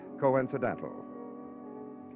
coincidental